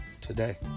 today